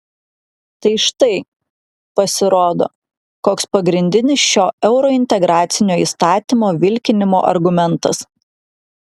tai štai pasirodo koks pagrindinis šio eurointegracinio įstatymo vilkinimo argumentas